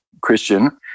Christian